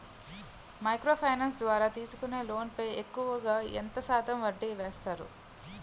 Micro finance ద్వారా తీసుకునే loan పై ఎక్కువుగా ఎంత శాతం వడ్డీ వేస్తారు?